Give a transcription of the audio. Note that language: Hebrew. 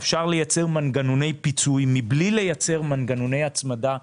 אפשר לייצר מנגנוני פיצוי מבלי לייצר מנגנוני הצמדה קשיחים,